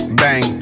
bang